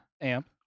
amp